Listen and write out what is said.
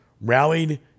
rallied